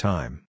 Time